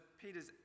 Peter's